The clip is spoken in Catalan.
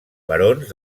barons